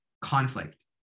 conflict